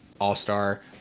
all-star